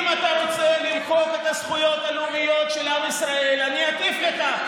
אם אתה רוצה למחוק את הזכויות הלאומיות של עם ישראל אני אטיף לך,